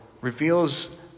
reveals